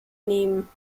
nehmen